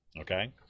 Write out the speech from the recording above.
Okay